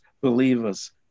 believers